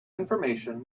information